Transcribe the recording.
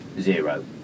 zero